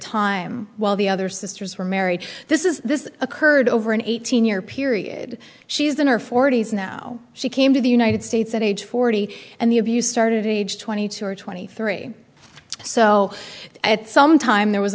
time while the other sisters were married this is this occurred over an eighteen year period she's in her forty's now she came to the united states at age forty and the abuse started aged twenty two or twenty three so at some time there was